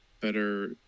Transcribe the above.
better